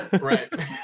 Right